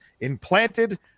implanted